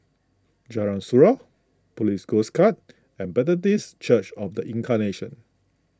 Jalan Surau Police Coast Guard and Methodist Church of the Incarnation